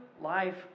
life